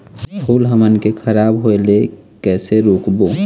फूल हमन के खराब होए ले कैसे रोकबो?